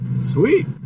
Sweet